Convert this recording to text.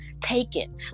taken